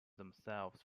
themselves